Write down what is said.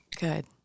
Good